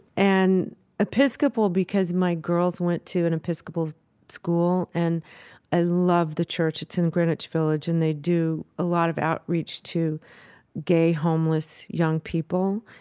and episcopal, because my girls went to an episcopal school and i loved the church it's in greenwich village and they do a lot of outreach to gay, homeless, young people.